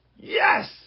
Yes